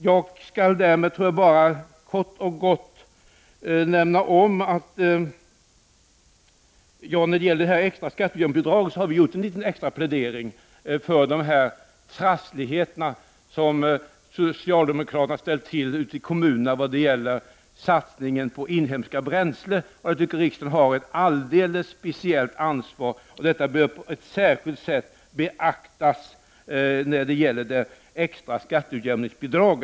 Jag skall bara kort och gott nämna att vi har gjort en markering när det gäller det extra skatteutjämningsbidraget, med anledning av de trassligheter som socialdemokraterna har ställt till med ute i kommunerna vad beträffar satsningen på inhemska bränslen. Riksdagen har ett alldeles speciellt ansvar, och detta bör på ett särskilt sätt beaktas vid fördelningen av det extra skatteutjämningsbidraget.